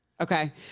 Okay